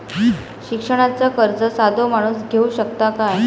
शिक्षणाचा कर्ज साधो माणूस घेऊ शकता काय?